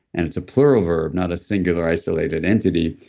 and it's a plural verb, not a singular isolated entity.